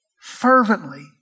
fervently